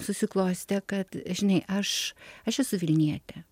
susiklostė kad žinai aš aš esu vilnietė